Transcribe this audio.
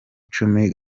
cumi